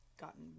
gotten